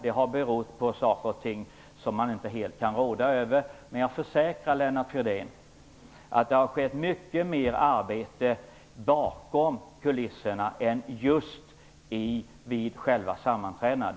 Det har berott på förhållanden som man inte helt kan råda över, men jag försäkrar Lennart Fridén att det har skett mycket mer arbete bakom kulisserna än just vid sammanträdena.